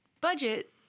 budget